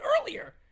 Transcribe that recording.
earlier